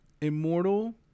Immortal